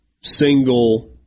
single